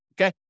Okay